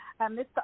Mr